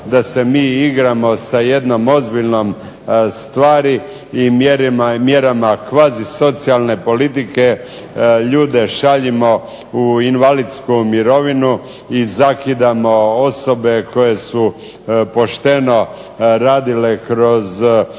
da se mi igramo sa jednom ozbiljnom stvari i mjerama kvazisocijalne politike ljude šaljemo u invalidsku mirovinu i zakidamo osobe koje su pošteno radile kroz